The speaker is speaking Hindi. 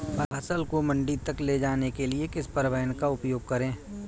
फसल को मंडी तक ले जाने के लिए किस परिवहन का उपयोग करें?